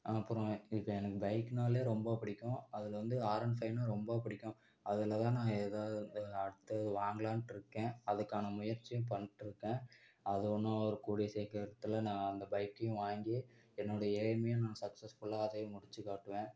அப்புறம் இப்போ எனக்கு பைக்னாலே ரொம்ப பிடிக்கும் அதில் வந்து ஆர் ஒன் ஃபவ்னால் ரொம்ப பிடிக்கும் அதில் தான் ஏதாவது ஒன்று அடுத்தது வாங்களான்ட்டு இருக்கேன் அதுக்கான முயற்சியும் பண்ணிட்டுருக்கேன் அது இன்னும் கூடிய சீக்கிரத்தில் நான் அந்த பைக்கையும் வாங்கி என்னோடய எய்மயும் சக்ஸஸ்ஃபுல்லாக அதையும் முடித்து காட்டுவேன்